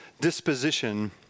disposition